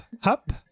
hop